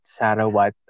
Sarawat